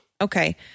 Okay